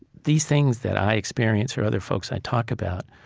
these things that i experience, or other folks i talk about,